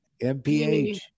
mph